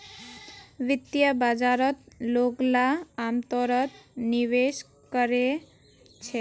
वित्तीय बाजारत लोगला अमतौरत निवेश कोरे छेक